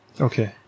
Okay